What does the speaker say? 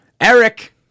Eric